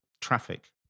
traffic